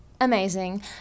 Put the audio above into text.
Amazing